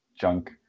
junk